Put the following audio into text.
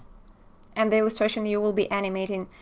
and the illustration you you will be animating,